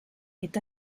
est